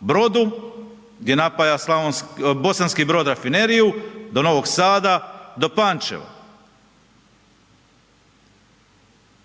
Brodu gdje napaja Bosanski Brod rafineriju, do Novog Sada, do Pančeva